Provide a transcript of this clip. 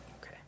Okay